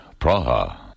Praha